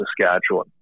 Saskatchewan